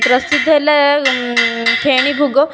ପ୍ରସିଦ୍ଧ ହେଲା ଫେଣି ଭୋଗ